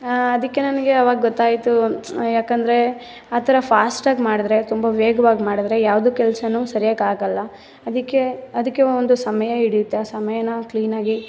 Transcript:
ಅದಕ್ಕೆ ನನಗೆ ಅವಾಗ ಗೊತ್ತಾಯಿತು ಯಾಕೆಂದರೆ ಆ ಥರ ಫಾಸ್ಟಾಗಿ ಮಾಡಿದ್ರೆ ತುಂಬ ವೇಗವಾಗಿ ಮಾಡಿದ್ರೆ ಯಾವುದು ಕೆಲ್ಸವೂ ಸರಿಯಾಗಿ ಆಗೋಲ್ಲ ಅದಕ್ಕೆ ಅದಕ್ಕೆ ಒಂದು ಸಮಯ ಹಿಡಿಯುತ್ತೆ ಆ ಸಮಯನ ಕ್ಲೀನಾಗಿ